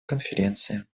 конференции